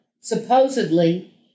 supposedly